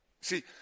See